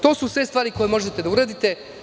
To su sve stvari koje možete da uradite.